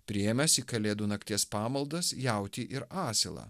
priėmęs į kalėdų nakties pamaldas jautį ir asilą